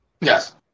Yes